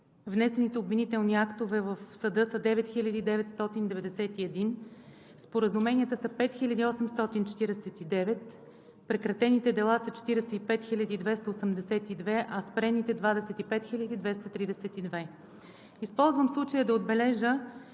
внесените обвинителни актове в съда са 9991; споразуменията са 5849; прекратените дела са 45 282, а спрените – 25 232. Използвам случая да отбележа,